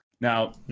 Now